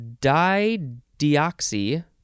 dideoxy